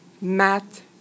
math